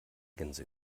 gänse